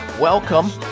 Welcome